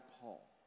Paul